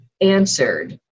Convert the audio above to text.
answered